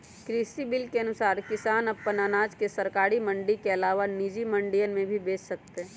कृषि बिल के अनुसार किसान अपन अनाज सरकारी मंडी के अलावा निजी मंडियन में भी बेच सकतय